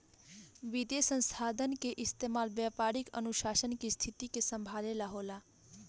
वित्तीय संसाधन के इस्तेमाल व्यापारिक नुकसान के स्थिति के संभाले ला होला